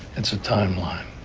it's a timeline.